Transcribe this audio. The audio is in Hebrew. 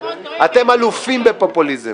אתם אלופים בפופוליזם.